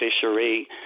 fishery